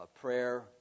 prayer